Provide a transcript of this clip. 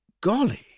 Golly